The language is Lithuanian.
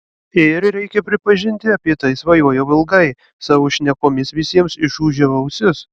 ir reikia pripažinti apie tai svajojau ilgai savo šnekomis visiems išūžiau ausis